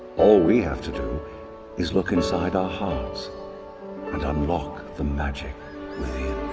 all we have to do is look inside our hearts and unlock the magic within.